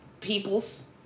people's